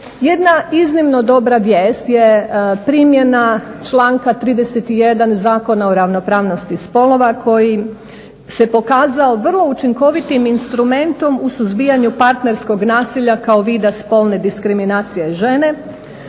Jedna iznimno dobra vijest je primjena članka 31. Zakona o ravnopravnosti spolova koji se pokazao vrlo učinkovitim instrumentom u suzbijanju partnerskog nasilja kao vida spolne diskriminacije žene